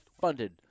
funded